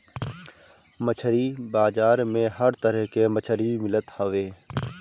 मछरी बाजार में हर तरह के मछरी मिलत हवे